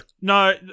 No